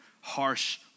harsh